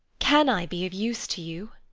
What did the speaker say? can i be of use to you?